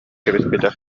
кэбиспитэ